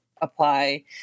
apply